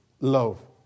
love